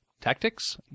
tactics